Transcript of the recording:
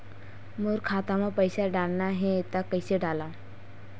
मोर खाता म पईसा डालना हे त कइसे डालव?